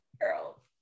girl